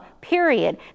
period